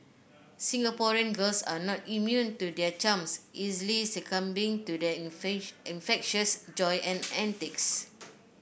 Singaporean girls are not immune to their charms easily succumbing to their infectious joy and antics